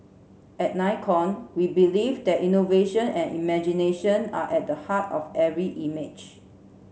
at Nikon we believe that innovation and imagination are at the heart of every image